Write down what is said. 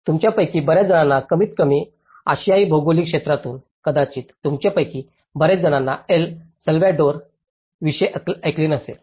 तुमच्यापैकी बर्याच जणांना कमीतकमी आशियाई भौगोलिक क्षेत्रातून कदाचित तुमच्यापैकी बर्याच जणांनी एल साल्वाडोर विषयी ऐकले नसेल